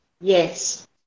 Yes